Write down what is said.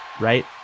Right